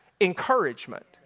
Encouragement